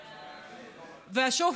ושוב,